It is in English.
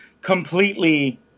completely